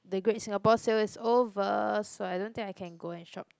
the Great-Singapore-Sale is over so I don't think I can go and shopped